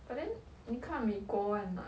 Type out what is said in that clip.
but then 你看美国 and like